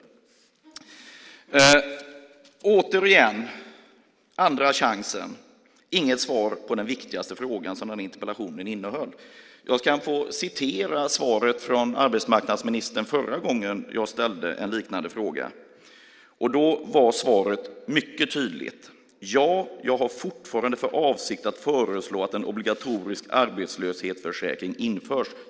Det här var andra chansen, men det kom inget svar på den viktigaste frågan i interpellationen. Jag kan citera svaret från arbetsmarknadsministern förra gången jag ställde en liknande fråga. Då var svaret mycket tydligt: "Ja, jag har fortfarande för avsikt att föreslå att en obligatorisk arbetslöshetsförsäkring införs."